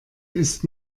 ist